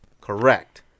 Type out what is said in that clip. Correct